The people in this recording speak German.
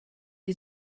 die